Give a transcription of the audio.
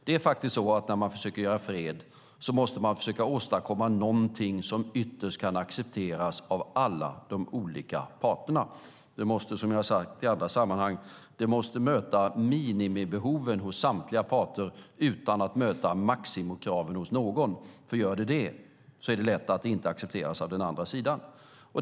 Det är faktiskt så att när man försöker skapa fred måste man försöka åstadkomma någonting som ytterst kan accepteras av alla de olika parterna. Det måste, som jag har sagt i andra sammanhang, möta minimibehoven hos samtliga parter utan att möta maximikraven hos någon, då det i så fall är lätt att det inte accepteras av den andra sidan.